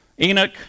Enoch